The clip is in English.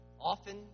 Often